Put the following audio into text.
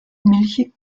milchig